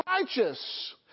righteous